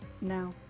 Now